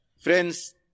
Friends